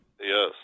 yes